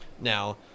Now